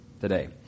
today